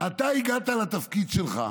אתה הגעת לתפקיד שלך,